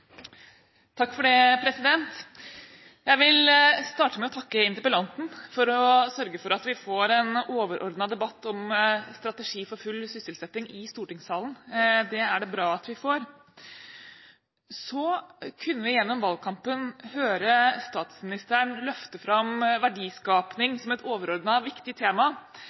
Jeg vil starte med å takke interpellanten for å sørge for at vi får en overordnet debatt i stortingssalen om strategi for full sysselsetting. Det er det bra at vi får. Så kunne vi gjennom valgkampen høre statsministeren løfte fram verdiskaping som et overordnet viktig tema.